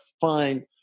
find